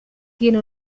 tiene